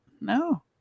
no